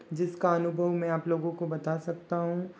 जिसका अनुभव मैं आप लोगों को बता सकता हूँ